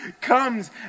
comes